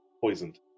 poisoned